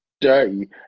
Dirty